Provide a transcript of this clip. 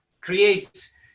creates